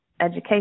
education